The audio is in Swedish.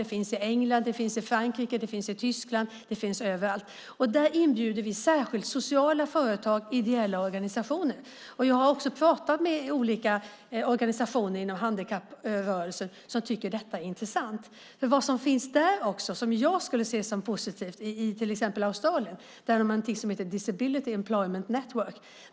Det finns i England, Frankrike, Tyskland och överallt. Vi inbjuder där särskilt sociala företag och ideella organisationer. Jag har också talat med olika organisationer inom handikapprörelsen som tycker att detta är intressant. Vad som också finns i till exempel Australien och som jag skulle se som positivt är någonting som heter Disability Employment Network.